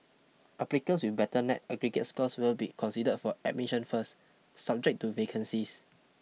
applicants with better net aggregate scores will be considered for admission first subject to vacancies